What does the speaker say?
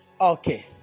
Okay